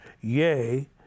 Yea